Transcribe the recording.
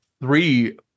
three